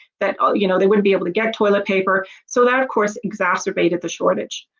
that ah you know they wouldn't be able to get toilet paper so that of course exacerbated the shortage.